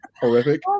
horrific